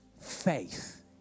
faith